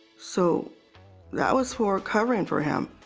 so that was for covering for him.